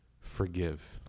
Forgive